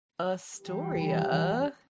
astoria